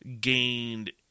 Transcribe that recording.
gained